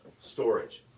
storage.